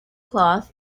cloth